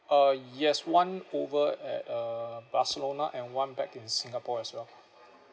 uh yes one over at uh barcelona and one back in singapore as well